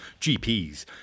GPs